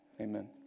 Amen